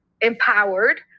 empowered